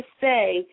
say